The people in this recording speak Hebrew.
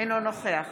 נוכח